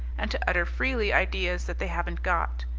and to utter freely ideas that they haven't got.